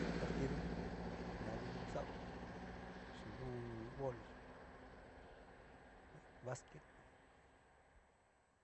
Partido na dadikio xao, chín ho o on. boli, básquet.